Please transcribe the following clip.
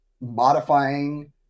modifying